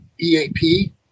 EAP